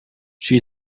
she